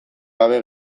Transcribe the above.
gabe